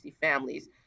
families